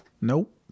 Nope